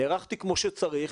נערכתי כמו שצריך,